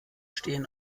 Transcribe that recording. stehen